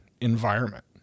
environment